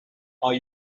are